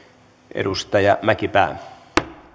edustaja mäkipää arvoisa